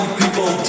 people